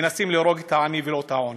מנסים להרוג את העני, ולא את העוני.